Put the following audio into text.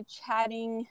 chatting